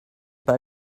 pas